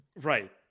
Right